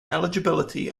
eligibility